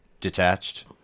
detached